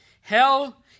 Hell